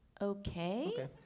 okay